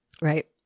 Right